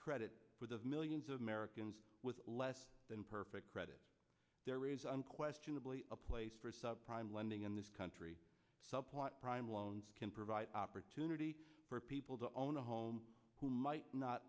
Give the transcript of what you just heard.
credit for the millions of americans with less than perfect credit there is unquestionably a place for sub prime lending in this country subplot prime loans can provide opportunity for people to own a home who might not